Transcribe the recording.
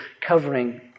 covering